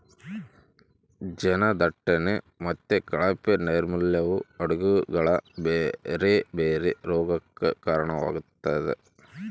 ಜನದಟ್ಟಣೆ ಮತ್ತೆ ಕಳಪೆ ನೈರ್ಮಲ್ಯವು ಆಡುಗಳ ಬೇರೆ ಬೇರೆ ರೋಗಗಕ್ಕ ಕಾರಣವಾಗ್ತತೆ